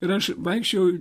ir aš vaikščiojau